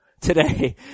today